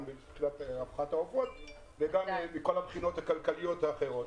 גם מבחינת רווחת העופות וגם מבחינות כלכליות ואחרות,